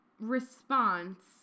Response